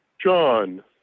john